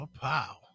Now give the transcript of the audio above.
Pow